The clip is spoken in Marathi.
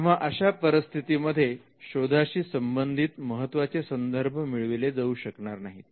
तेव्हा अशा परिस्थितीमध्ये शोधाशी संबंधित महत्त्वाचे संदर्भ मिळविले जाऊ शकणार नाहीत